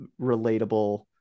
relatable